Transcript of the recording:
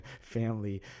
family